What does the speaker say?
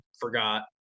forgot